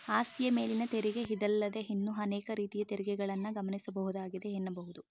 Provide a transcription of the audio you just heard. ಆಸ್ತಿಯ ಮೇಲಿನ ತೆರಿಗೆ ಇದಲ್ಲದೇ ಇನ್ನೂ ಅನೇಕ ರೀತಿಯ ತೆರಿಗೆಗಳನ್ನ ಗಮನಿಸಬಹುದಾಗಿದೆ ಎನ್ನಬಹುದು